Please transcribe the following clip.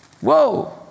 Whoa